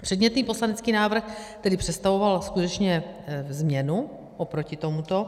Předmětný poslanecký návrh tedy představoval skutečně změnu oproti tomuto.